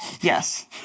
Yes